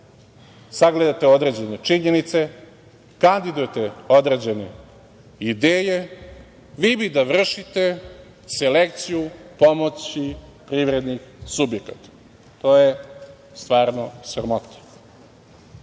sagledate određene činjenice, kandidujete određene ideje, vi bi da vršite selekciju pomoći privrednih subjekata. To je stvarno sramota.